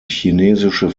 chinesische